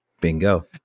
Bingo